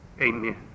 amen